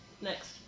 next